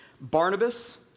Barnabas